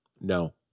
No